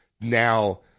Now